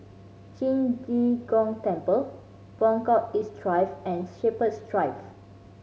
Qing De Gong Temple Buangkok East Drive and Shepherds Drive